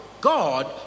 God